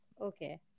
Okay